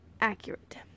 accurate